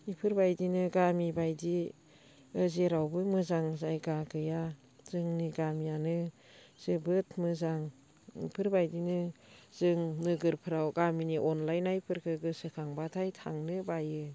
बेफोरबायदिनो गामि बायदि जेरावबो मोजां जायगा गैया जोंनि गामियानो जोबोद मोजां बेफोरबायदिनो जों नोगोरफोराव गामिनि अनलायनायफोरखौ गोसोखांबाथाय थांनो बायो